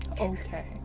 okay